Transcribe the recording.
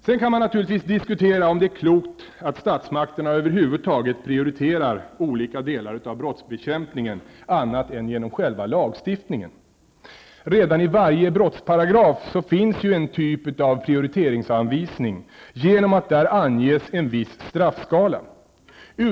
Sedan kan man naturligtvis diskutera om det är klokt att statsmakterna över huvud taget prioriterar olika delar av brottsbekämpningen annat än genom själva lagstiftningen. Redan i varje brottsparagraf finns ju en typ av prioriteringsanvisning genom att där anges en viss straffskala.